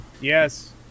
Yes